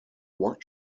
what